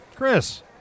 Chris